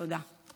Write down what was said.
תודה.